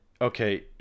Okay